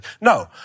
No